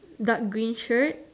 dark green shirt